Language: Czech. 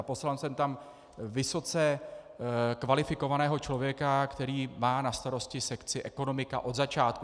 Poslal jsem tam vysoce kvalifikovaného člověka, který má na starosti sekci ekonomika od začátku.